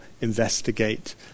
investigate